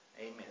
Amen